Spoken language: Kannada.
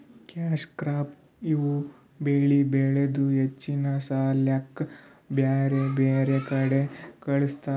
ಕ್ಯಾಶ್ ಕ್ರಾಪ್ ಇವ್ ಬೆಳಿ ಬೆಳದು ಹೆಚ್ಚಿನ್ ಸಾಲ್ಯಾಕ್ ಬ್ಯಾರ್ ಬ್ಯಾರೆ ಕಡಿ ಕಳಸ್ತಾರ್